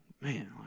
man